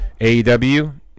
AEW